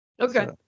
okay